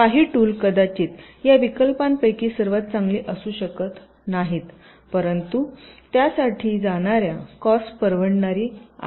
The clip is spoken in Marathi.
काही टूल कदाचित या विकल्पांपैकी सर्वात चांगली असू शकत नाहीत परंतु त्यासाठी जाण्यासाठी कॉस्ट परवडणारी आहे